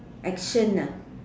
action ah